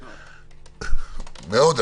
מאוד,